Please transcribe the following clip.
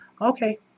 okay